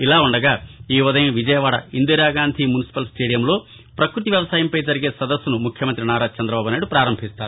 ఇలా ఉండగా ఈ ఉదయం విజయవాడ ఇందిరాగాంధీ మునిసిపల్ స్టేడియంలో పకృతి వ్యవసాయంపై జరిగే సదస్సును ముఖ్యమంతి నారా చంద్రబాబు నాయుడు పారంభిస్తారు